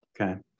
Okay